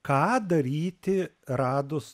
ką daryti radus